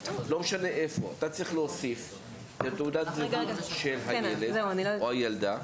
אתה צריך להוסיף את תעודת הזהות של הילד או הילדה,